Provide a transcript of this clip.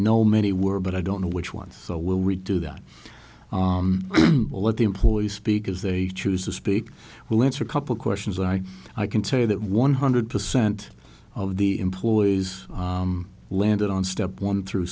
know many were but i don't know which ones so we'll redo that we'll let the employees speak as they choose to speak we'll answer a couple questions i i can tell you that one hundred percent of the employees landed on step one through